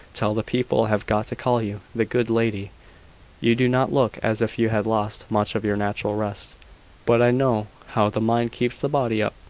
till the people have got to call you the good lady you do not look as if you had lost much of your natural rest but i know how the mind keeps the body up.